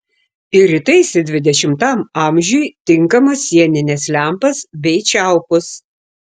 ir įtaisė dvidešimtam amžiui tinkamas sienines lempas bei čiaupus